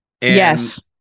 Yes